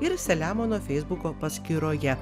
ir selemono feisbuko paskyroje